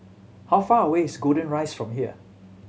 how far away is Golden Rise from here